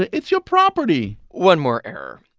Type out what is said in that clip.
it's your property one more error.